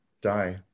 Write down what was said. die